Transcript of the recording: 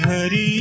Hari